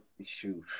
shoot